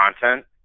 content